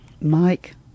Mike